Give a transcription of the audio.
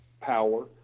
power